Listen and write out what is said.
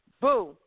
boom